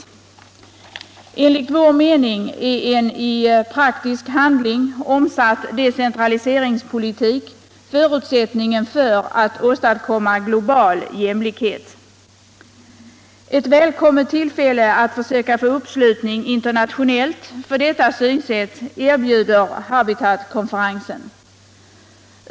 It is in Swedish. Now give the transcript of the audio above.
Enligt vår mening är en i praktisk handling omsatt decentraliseringspolitik förutsättningen för att åstadkomma global jämlikhet. Ett välkommet tillfälle att försöka få internationell uppslutning för detta syfte erbjuder HABITAT-konferensen.